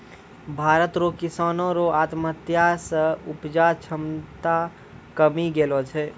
भारत रो किसानो रो आत्महत्या से उपजा क्षमता कमी गेलो छै